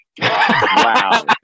Wow